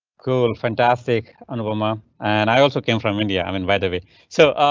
cool, and fantastic and but um um and i also came from india. i'm in right away so.